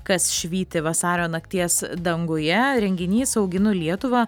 kas švyti vasario nakties danguje renginys auginu lietuvą